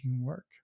work